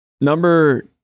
Number